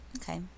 Okay